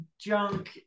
junk